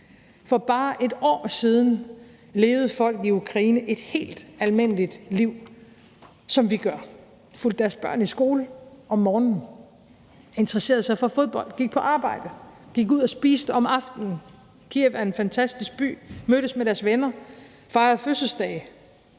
For bare et år siden levede folk i Ukraine et helt almindeligt liv, som vi gør. De fulgte deres børn i skole om morgenen, interesserede sig for fodbold, gik på arbejde, gik ud og spiste om aftenen – Kyiv er en fantastisk by – mødtes med deres venner, fejrede fødselsdage.